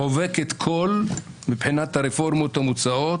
חובקת כל מבחינת הרפורמות המוצעות,